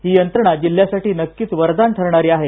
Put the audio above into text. ही यंत्रणा जिल्ह्यासाठी नक्कीच वरदान ठरणार आहे